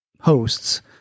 hosts